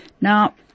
Now